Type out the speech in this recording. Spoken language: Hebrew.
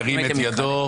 ירים את ידו.